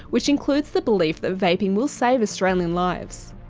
which includes the belief that vaping will save australian lives.